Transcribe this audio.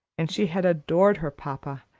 and she had adored her papa,